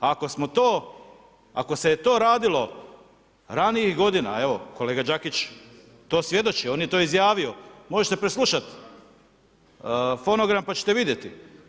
Ako se je to radilo ranijih g. evo, kolega Đakić to i svjedoči, on je to izjavio, možete preslušati fonogram pa ćete vidjeti.